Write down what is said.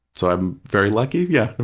so, i'm very lucky, yeah,